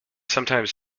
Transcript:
sometimes